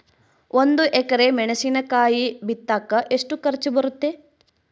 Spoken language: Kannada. ಒಂದು ಎಕರೆ ಮೆಣಸಿನಕಾಯಿ ಬಿತ್ತಾಕ ಎಷ್ಟು ಖರ್ಚು ಬರುತ್ತೆ?